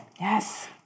Yes